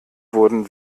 wurden